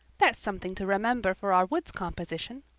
that's something to remember for our woods composition.